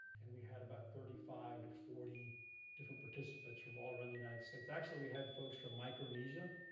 and we had about thirty five to forty different participants from all around the united states. actually, we had folks from micronesia,